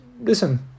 listen